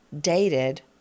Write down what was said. dated